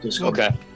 okay